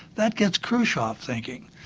that gets khrushchev thinking.